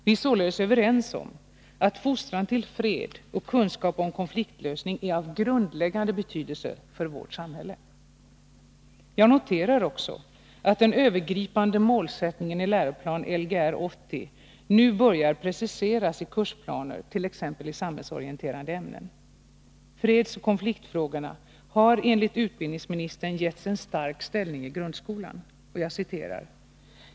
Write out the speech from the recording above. Vi är således överens om att fostran till fred och kunskap om konfliktlösning är av grundläggande betydelse för vårt samhälle. Jag noterar också att den övergripande målsättningen i läroplanen för grundskolan, Lgr 80, nu börjar preciseras i kursplaner, t.ex. i kursplanen för samhällsorienterande ämnen. Fredsoch konfliktfrågorna har enligt utbildningsministern getts en stark ställning i grundskolan.